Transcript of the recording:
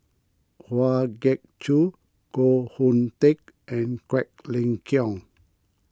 Kwa Geok Choo Koh Hoon Teck and Quek Ling Kiong